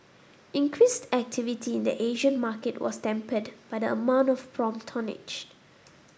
increased activity in the Asian market was tempered by the amount of prompt tonnage